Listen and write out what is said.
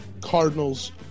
Cardinals